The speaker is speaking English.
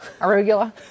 arugula